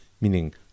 meaning